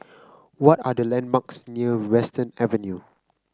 what are the landmarks near Western Avenue